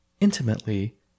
intimately